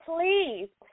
please